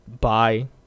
bye